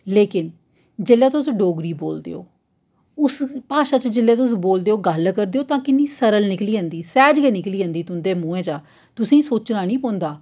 लेकिन जेल्लै तुस डोगरी बोलदे ओ उस भाशा च जेल्लै तुस बोलदे ओ गल्ल करदे ओ तां किन्नी सरल निकली जंदी सैह्ज गै निकली जंदी तुं'दे मुंहा च तुसें ई सोच्चना नेईं पौंदा